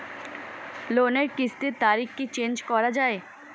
লোনের কিস্তির তারিখ কি চেঞ্জ করা যায়?